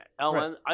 Ellen